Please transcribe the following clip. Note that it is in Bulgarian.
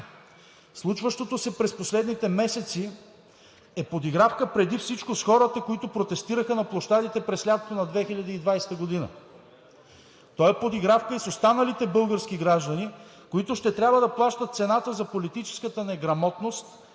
Случващото се през последните месеци е подигравка преди всичко с хората, които протестираха на площадите през лятото на 2020 г. То е подигравка и с останалите български граждани, които ще трябва да плащат цената за политическата неграмотност,